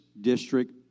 District